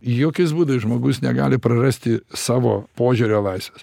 jokiais būdais žmogus negali prarasti savo požiūrio laisvės